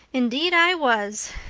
indeed i was,